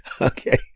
Okay